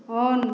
on